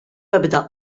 ebda